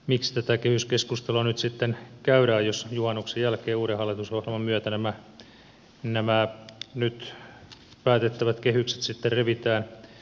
miksi tätä kehyskeskustelua nyt sitten käydään jos juhannuksen jälkeen uuden hallitusohjelman myötä nämä nyt päätettävät kehykset sitten revitään auki